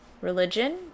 religion